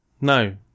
No